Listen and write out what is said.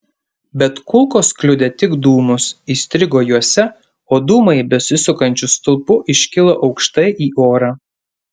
bet kulkos kliudė tik dūmus įstrigo juose o dūmai besisukančiu stulpu iškilo aukštai į orą